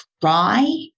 try